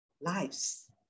lives